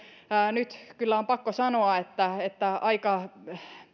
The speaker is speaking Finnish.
nyt kyllä on pakko sanoa että että aika